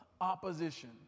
opposition